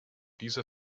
dieser